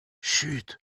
chut